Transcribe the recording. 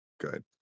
good